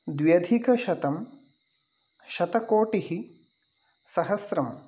द्व्यधिकशतम् शतकोटिः सहस्रम्